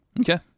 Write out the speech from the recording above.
Okay